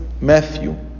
Matthew